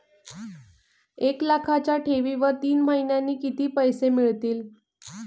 एक लाखाच्या ठेवीवर तीन महिन्यांनी किती पैसे मिळतील?